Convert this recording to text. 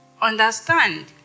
understand